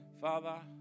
Father